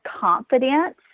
confidence